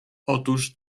otóż